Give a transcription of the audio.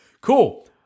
cool